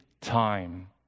time